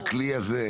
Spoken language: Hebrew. הכלי הזה,